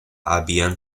habían